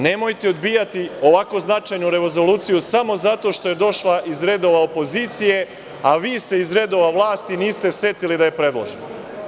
Nemojte odbijati ovako značajnu rezoluciju samo zato što je došla iz redova opozicije, a vi se iz redova vlasti niste setili da je predložite.